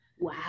wow